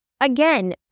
Again